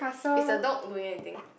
is the dog doing anything